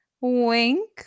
Wink